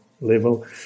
level